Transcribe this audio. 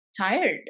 tired